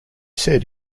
said